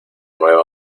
nueva